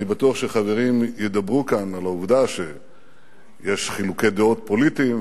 אני בטוח שחברים ידברו כאן על העובדה שיש חילוקי דעות פוליטיים,